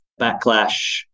backlash